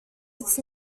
its